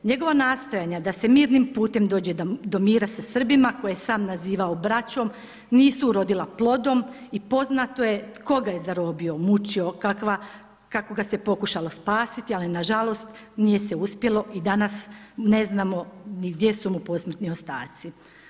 Njegova nastojanja da se mirnim putem dođe do mira sa Srbima koje je sam nazivao braćom nisu urodila plodom i poznato je tko ga je zarobio, mučio, kako ga se pokušalo spasiti ali nažalost nije se uspjelo i danas ne znamo ni gdje su mu posmrtni ostaci.